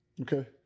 Okay